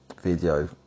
video